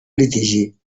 litigi